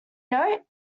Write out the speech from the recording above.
note